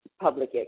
public